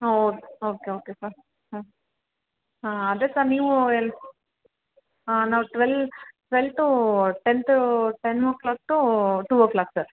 ಹಾಂ okay okay sir ಹಾಂ ಅದೆ ಸರ್ ನೀವು ಹೆಲ್ಪ್ ಹಾಂ ನಾವು twelve twelve two tenth ten o'clock to two o'clock sir